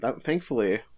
thankfully